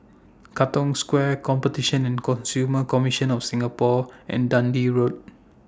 Katong Square Competition and Consumer Commission of Singapore and Dundee Road